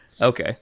Okay